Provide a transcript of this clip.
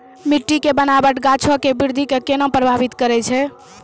मट्टी के बनावट गाछो के वृद्धि के केना प्रभावित करै छै?